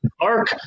dark